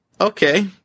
Okay